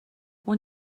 اون